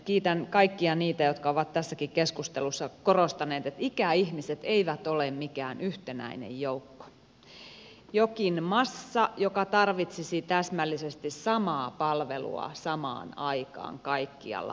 kiitän kaikkia niitä jotka ovat tässäkin keskustelussa korostaneet että ikäihmiset eivät ole mikään yhtenäinen joukko jokin massa joka tarvitsisi täsmällisesti samaa palvelua samaan aikaan kaikkialla maassamme